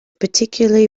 particularly